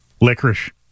Licorice